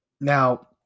Now